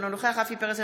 אינו נוכח רפי פרץ,